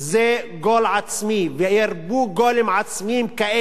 זה גול עצמי, וירבו גולים עצמיים כאלה.